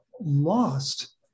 lost